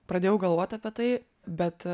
pradėjau galvot apie tai bet